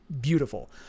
beautiful